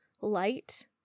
light